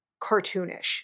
cartoonish